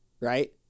right